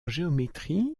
géométrie